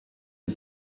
die